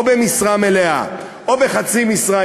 או במשרה מלאה או בחצי משרה,